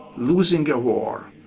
losing a war,